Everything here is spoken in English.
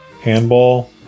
Handball